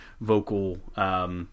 vocal